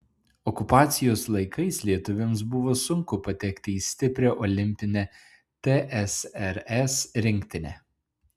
okupacijos laikais lietuviams buvo sunku patekti į stiprią olimpinę tsrs rinktinę